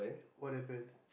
what happened